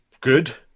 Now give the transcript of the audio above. good